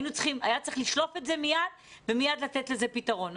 היה צריך לשלוף את זה ומייד לתת לזה פתרון.